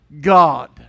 God